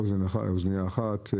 אוזניה אחת?